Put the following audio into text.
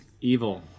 Evil